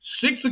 Six